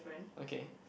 okay